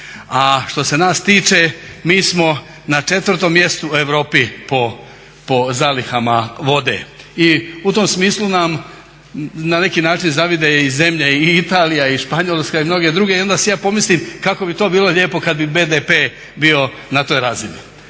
A što se nas tiče mi smo na 4.mjestu u Europi po zalihama vode. I u tom smislu nam na neki način zavide i zemlje i Italija i Španjolska i mnoge druge i onda si ja pomislim kako bi to bilo lijepo kada bi BDP bio na toj razini.